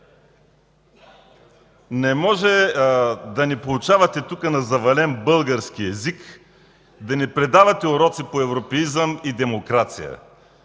Не може да ни поучавате тук на завален български език, да ни предавате уроци по европеизъм и демокрация.